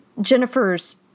jennifer's